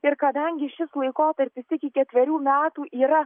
ir kadangi šis laikotarpis iki ketverių metų yra